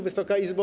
Wysoka Izbo!